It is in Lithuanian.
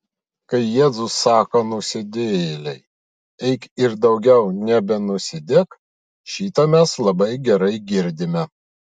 kai jėzus sako nusidėjėlei eik ir daugiau nebenusidėk šitą mes labai gerai girdime